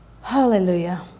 Hallelujah